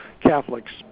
Catholics